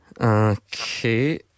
Okay